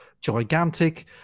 gigantic